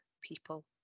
people